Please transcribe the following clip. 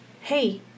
hey